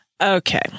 Okay